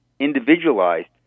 individualized